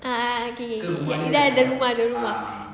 ah okay okay dia ada rumah ada rumah